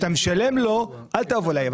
כשאתה משלם לו אל תבוא אליי,